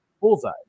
Bullseye